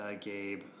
Gabe